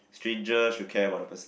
stranger she will care about the person